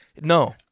No